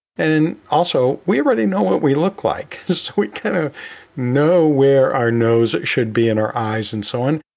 and and also, we already know what we look like. we kind of know where our nose should be and our eyes and so on,